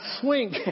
swing